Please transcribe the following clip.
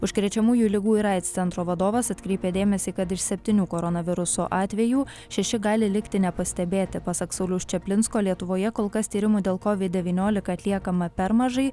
užkrečiamųjų ligų ir aids centro vadovas atkreipė dėmesį kad iš septynių koronaviruso atvejų šeši gali likti nepastebėti pasak sauliaus čaplinsko lietuvoje kol kas tyrimų dėl covid devyniolika atliekama per mažai